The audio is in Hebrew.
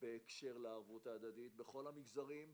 בנושא הערבות ההדדית בכל המגזרים,